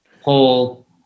whole